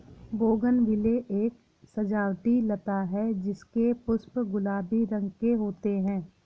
bougainvillea एक सजावटी लता है जिसके पुष्प गुलाबी रंग के होते है